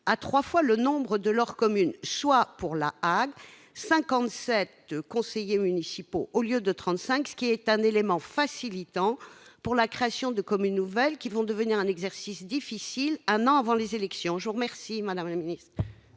à trois fois le nombre de leurs communes, soit, pour La Hague, 57 conseillers municipaux au lieu de 35, ce qui est un élément facilitant pour la création de communes nouvelles, qui va devenir un exercice difficile, un an avant les élections. La parole est à Mme la ministre.